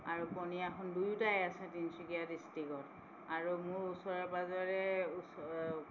আৰু পনীয়াসোণ দুয়োটাই আছে তিনিচুকীয়া ডিষ্ট্ৰিক্টত আৰু মোৰ ওচৰে পাঁজৰে ওচ